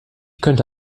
könnte